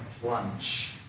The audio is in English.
plunge